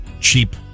cheap